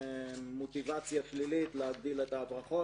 מוטיבציה שלילית להגדיל את ההברחות.